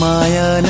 Maya